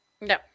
No